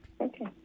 Okay